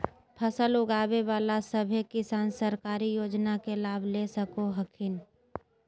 फसल उगाबे बला सभै किसान सरकारी योजना के लाभ ले सको हखिन